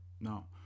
No